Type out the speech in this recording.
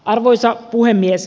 arvoisa puhemies